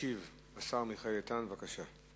ישיב השר מיכאל איתן, בבקשה.